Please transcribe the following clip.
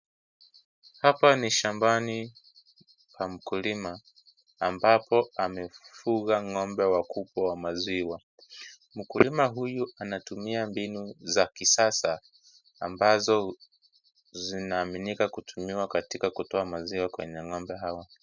Hapa ni shambani pa mkulima ambapo amefuga ng'ombe wakubwa wa maziwa. Mkulima huyu anatumia mbinu za kisasa ambazo zinaaminka kutumiwa katika kutoa maziwa kwenye ng'ombe hawa.